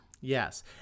Yes